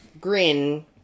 grin